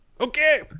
Okay